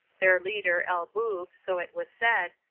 their leader, el boob, so it was said,